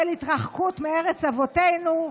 של התרחקות מארץ אבותינו.